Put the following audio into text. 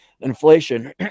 inflation